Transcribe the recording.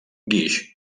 guix